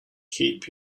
keep